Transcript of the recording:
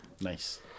Nice